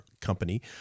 company